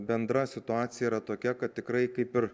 bendra situacija yra tokia kad tikrai kaip ir